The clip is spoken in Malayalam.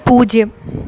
പൂജ്യം